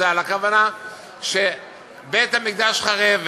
הכוונה הייתה שבית-המקדש חרב.